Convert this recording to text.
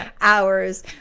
hours